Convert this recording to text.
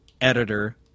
editor